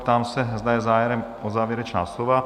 Ptám se, zda je zájem o závěrečná slova?